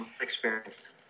experienced